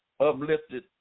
uplifted